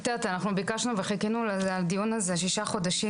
ביקשנו את הדיון הזה וחיכינו לו שישה חודשים,